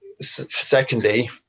Secondly